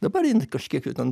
dabar jinai kažkiek jau ten